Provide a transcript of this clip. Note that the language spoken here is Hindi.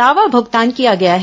दावा भुगतान किया गया है